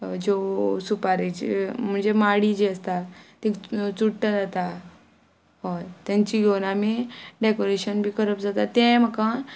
ज्यो सुपारेचे म्हणजे माडी जी आसता ती चुडटा जाता हय तेंची घेवन आमी डेकोरेशन बी करप जाता ते म्हाका